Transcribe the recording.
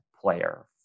player